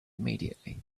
immediately